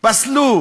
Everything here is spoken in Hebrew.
פסלו